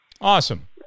Awesome